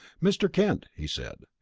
mr. kent, he said,